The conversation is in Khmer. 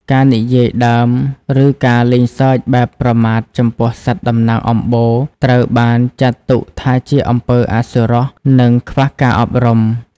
ការនិយាយដើម ឬការលេងសើចបែបប្រមាថចំពោះសត្វតំណាងអំបូរ ត្រូវបានចាត់ទុកថាជាអំពើអសុរោះ និងខ្វះការអប់រំ។